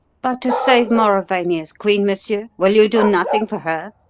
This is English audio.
but to save mauravania's queen, monsieur? will you do nothing for her?